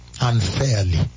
unfairly